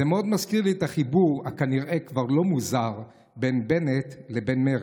זה מאוד מזכיר לי את החיבור הכנראה-כבר-לא-מוזר בין בנט לבין מרצ,